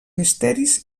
misteris